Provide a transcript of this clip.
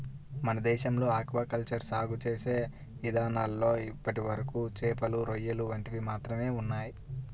మన దేశంలో aquaculture సాగు చేసే ఇదానాల్లో ఇప్పటివరకు చేపలు, రొయ్యలు వంటివి మాత్రమే ఉన్నయ్